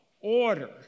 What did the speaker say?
order